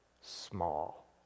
small